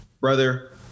brother